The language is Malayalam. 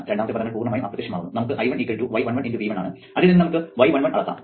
രണ്ടാമത്തെ പദങ്ങൾ പൂർണ്ണമായും അപ്രത്യക്ഷമാകുന്നു നമുക്ക് I1 y11 × V1 ആണ് അതിൽ നിന്ന് നമുക്ക് y11 അളക്കാം